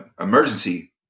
emergency